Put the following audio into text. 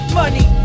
money